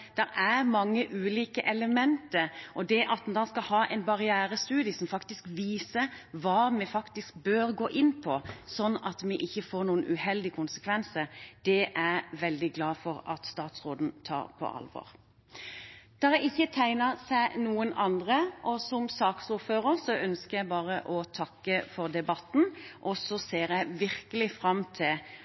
er mange ulike elementer, og det at en skal ha en barrierestudie som viser hva vi faktisk bør gå inn på, sånn at vi ikke får noen uheldige konsekvenser, er jeg veldig glad for at statsråden tar på alvor. Det har ikke tegnet seg noen andre, og som saksordfører ønsker jeg å takke for debatten, og så ser jeg virkelig fram til at vi kan sette i gang arbeidet rundt energieffektivisering. Flere har ikke bedt om ordet til